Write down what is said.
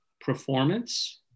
performance